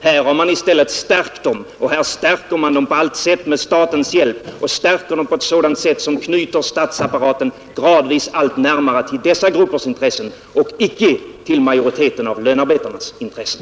Här har man i stället stärkt dem och stärker dem på allt sätt med statens hjälp och på ett sätt som knyter statsapparaten gradvis allt närmare till dessa gruppers intressen, icke till majoriteten av lönearbetarnas intressen.